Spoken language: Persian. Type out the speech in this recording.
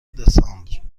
دسامبر